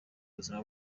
ubuzima